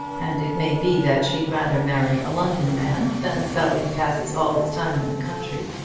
and it may be that she'd rather marry a london man than a fellow who passes all his time in the country.